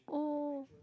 oh